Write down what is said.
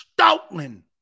Stoutland